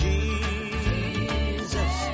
Jesus